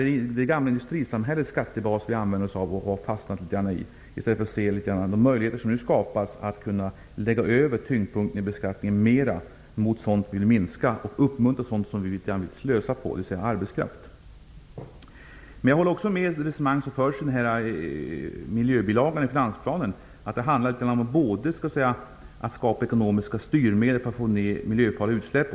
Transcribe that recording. Det är det gamla industrisamhällets skattebas vi använder oss av och har fastnat i, i stället för att se de möjligheter som nu skapas för att lägga tyngdpunkten i beskattningen mera på sådant som vi vill minska. Därigenom kan vi uppmuntra sådant som vi vill slösa på, dvs. arbetskraft. Jag håller också med om det resonemang som förs i miljöbilagan i finansplanen. Det handlar om att skapa ekonomiska styrmedel för att få ner miljöfarliga utsläpp.